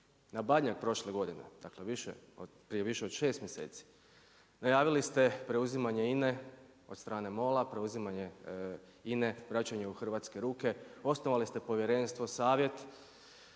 Na Badnjak prošle godine, dakle prije više od šest mjeseci najavili ste preuzimanje INA-e od strane MOL-a, preuzimanje INA-e vraćanje u hrvatske ruke, osnovali ste povjerenstvo, savjet,